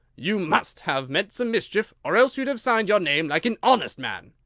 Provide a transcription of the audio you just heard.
you must have meant some mischief, or else you'd have signed your name like an honest man.